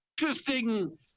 interesting